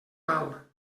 val